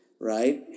right